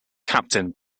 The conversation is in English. captain